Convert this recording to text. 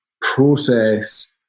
process